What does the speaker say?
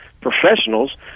professionals